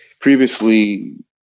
previously